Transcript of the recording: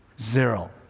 zero